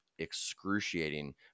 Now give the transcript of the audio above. excruciating